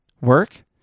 work